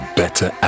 better